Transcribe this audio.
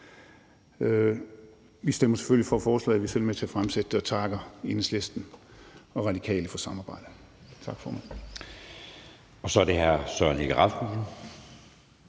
Vi stemmer selvfølgelig for forslaget, for vi er selv med til at fremsætte det, og vi takker Enhedslisten og Radikale for samarbejdet. Tak, formand.